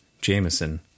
Jameson